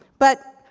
but,